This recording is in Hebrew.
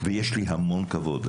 ויש לי המון כבוד לעמותות,